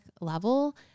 level